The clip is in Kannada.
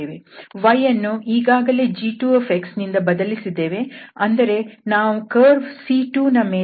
y ಯನ್ನು ಈಗಾಗಲೇ g2 ನಿಂದ ಬದಲಿಸಿದ್ದೇವೆ ಅಂದರೆ ನಾವು ಕರ್ವ್ C2ನ ಮೇಲೆ ಇಂಟಿಗ್ರೇಟ್ ಮಾಡುತ್ತಿದ್ದೇವೆ